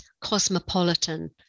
cosmopolitan